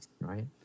right